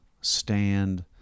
stand